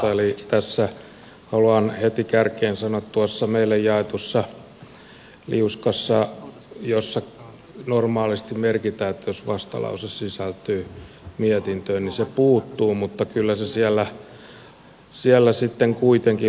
eli tässä haluan heti kärkeen sanoa että tuossa meille jaetussa liuskassa johon normaalisti merkitään jos vastalause sisältyy mietintöön se puuttuu mutta kyllä se siellä sitten kuitenkin lopussa on